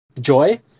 joy